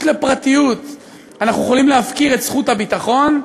לפרטיות אנחנו יכולים להפקיר את זכות הביטחון,